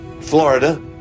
Florida